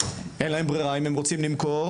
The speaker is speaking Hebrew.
אין להם ברירה אם הם רוצים למכור